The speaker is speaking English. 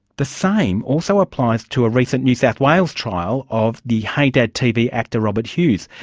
the same also applies to a recent new south wales trial of the hey dad! tv actor robert hughes.